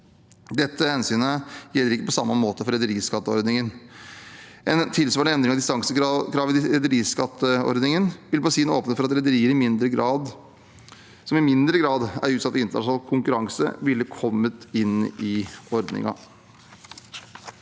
Dette hensynet gjelder ikke på samme måte for rederiskatteordningen. En tilsvarende endring av distansekrav i rederiskatteordningen ville på sin side åpne for at rederier som i mindre grad er utsatt for internasjonal konkurranse, ville kommet inn i ordningen.